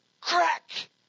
crack